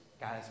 Guys